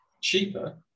cheaper